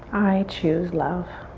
i choose love.